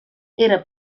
era